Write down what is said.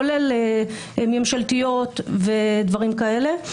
כולל ממשלתיות וכאלה,